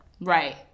Right